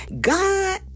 God